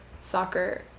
soccer